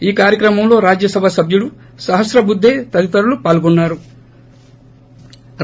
ఈ కార్యక్రమంలో రాజ్యసభ సభ్యుడు సహస్రబుద్దే తదితరులు పాల్గొన్నారు